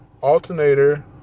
alternator